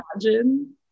imagine